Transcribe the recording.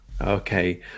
Okay